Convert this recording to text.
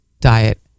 diet